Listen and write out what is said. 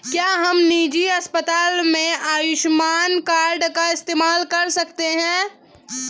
क्या हम निजी अस्पताल में आयुष्मान कार्ड का इस्तेमाल कर सकते हैं?